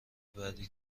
بعدی